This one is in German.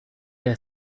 der